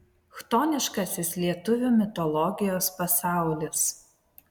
chtoniškasis lietuvių mitologijos pasaulis